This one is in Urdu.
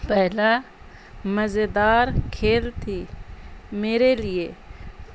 پہلا مزیدار کھیل تھی میرے لیے